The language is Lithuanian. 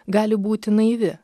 gali būti naivi